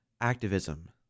activism